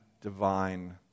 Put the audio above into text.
divine